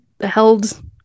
held